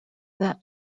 that